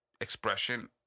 expression